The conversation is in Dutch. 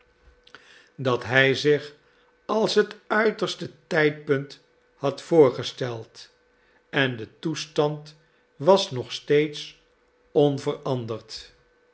dat hij zich als het uiterste tijdpunt had voorgesteld en de toestand was nog steeds onveranderd